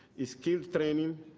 it's skilled training,